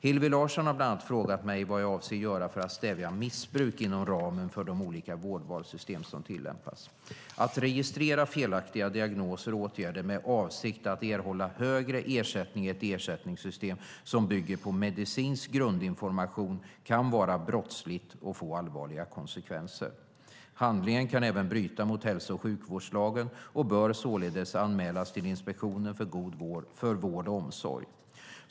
Hillevi Larsson har bland annat frågat mig vad jag avser att göra för att stävja missbruk inom ramen för de olika vårdvalssystem som tillämpas. Att registrera felaktiga diagnoser och åtgärder med avsikt att erhålla högre ersättning i ett ersättningssystem som bygger på medicinsk grundinformation kan vara brottsligt och få allvarliga konsekvenser. Handlingen kan även bryta mot hälso och sjukvårdslagen och bör således anmälas till Inspektionen för vård och omsorg.